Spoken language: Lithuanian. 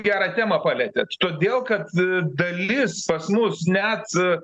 gerą temą palietet todėl kad dalis pas mus net